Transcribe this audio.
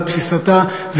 לתפיסתה,